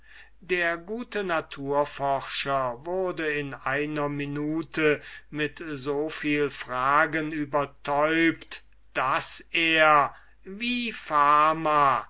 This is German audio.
der gute naturforscher wurde in einer minute mit so viel fragen übertäubt daß er wie die fama